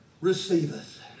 receiveth